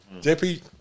JP